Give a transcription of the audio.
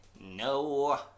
No